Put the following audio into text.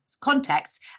context